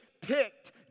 picked